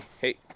hey